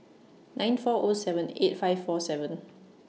nine four O seven eight five four seven